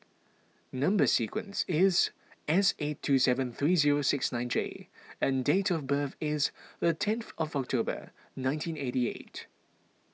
Number Sequence is S eight two seven three zero six nine J and date of birth is the tenth of October nineteen eighty eight